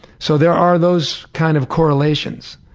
so there are those kind of correlations.